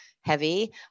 heavy